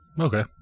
Okay